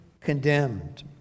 condemned